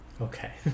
Okay